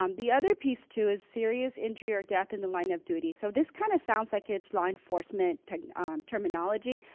um the other piece too is serious injury or death in the line of duty. so this kind of sounds like it's law enforcement um terminology,